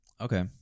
Okay